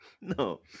No